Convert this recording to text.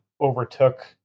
overtook